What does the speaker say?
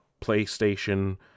PlayStation